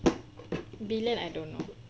billion I don't know